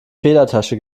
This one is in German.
federtasche